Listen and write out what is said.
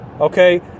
okay